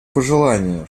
пожелание